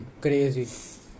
crazy